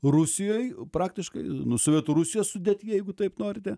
rusijoj praktiškai nu sovietų rusijos sudėtyje jeigu taip norite